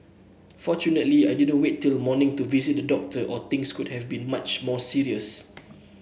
fortunately I didn't wait till morning to visit the doctor or things could have been much more serious